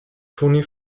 toni